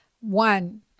one